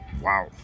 Wow